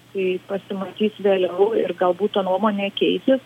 kai pasimatys vėliau ir galbūt ta nuomonė keisis